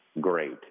great